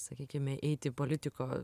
sakykime eiti politiko